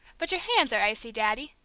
but your hands are icy, daddy,